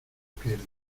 pierde